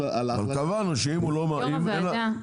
יו"ר הוועדה,